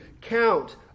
Count